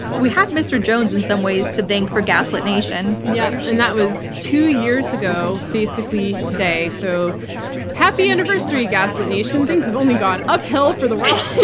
we have mr. jones in some ways to thank for gaslit nation. yep, and that was two years ago, basically, today, so happy anniversary, gaslit nation. things have only gone uphill for the world